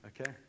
Okay